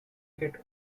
get